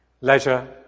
leisure